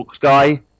guy